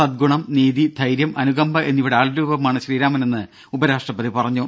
സദ്ഗുണം നീതി ധൈര്യം അനുകമ്പ എന്നിവയുടെ ആൾരൂപമാണ് ശ്രീരാമനെന്ന് ഉപരാഷ്ട്രപതി പറഞ്ഞു